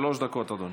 שלוש דקות, אדוני.